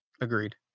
agreed